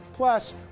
Plus